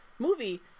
movie